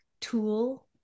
tool